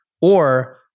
Or-